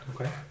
Okay